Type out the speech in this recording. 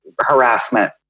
harassment